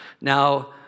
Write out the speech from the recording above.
Now